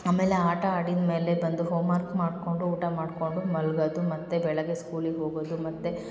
ಆಮೇಲೆ ಆಟ ಆಡಿದ್ಮೇಲೆ ಬಂದು ಹೋಮರ್ಕ್ ಮಾಡ್ಕೊಂಡು ಊಟ ಮಾಡ್ಕೊಂಡು ಮಲ್ಗದು ಮತ್ತು ಬೆಳಗ್ಗೆ ಸ್ಕೂಲಿಗೆ ಹೋಗೋದು ಮತ್ತು